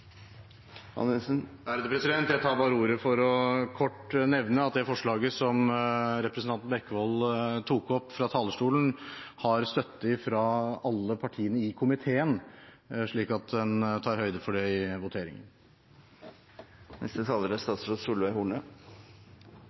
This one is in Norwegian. Jeg tar ordet for bare kort å nevne at det forslaget som representanten Bekkevold tok opp fra talerstolen, har støtte fra alle partiene i komiteen, slik at en tar høyde for det i voteringen. Forslagene til endringer i barneloven er